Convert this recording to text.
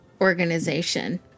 organization